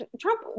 Trump